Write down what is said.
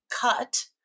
cut